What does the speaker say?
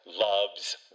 loves